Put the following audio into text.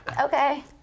Okay